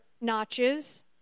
notches